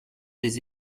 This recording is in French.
des